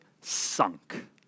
sunk